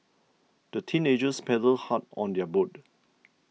the teenagers paddled hard on their boat